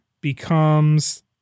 becomes